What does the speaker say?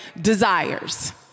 desires